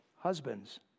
Husbands